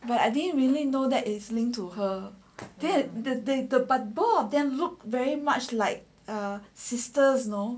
but I didn't really know that is linked to her that the data but both of them look very much like err sisters you know